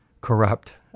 corrupt